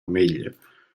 meglier